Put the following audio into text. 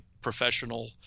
professional